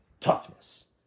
toughness